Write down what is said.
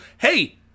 hey